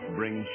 bring